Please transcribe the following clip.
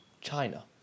China